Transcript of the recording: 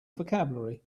vocabulary